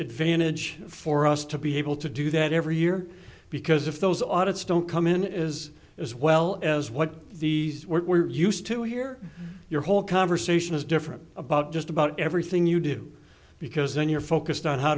advantage for us to be able to do that every year because if those audit's don't come in is as well as what these were used to hear your whole conversation is different about just about everything you do because then you're focused on how